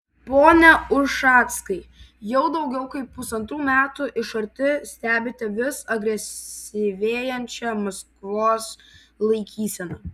pone ušackai jau daugiau kaip pusantrų metų iš arti stebite vis agresyvėjančią maskvos laikyseną